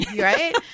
Right